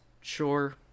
sure